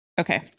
Okay